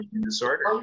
disorder